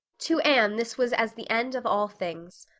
to anne, this was as the end of all things.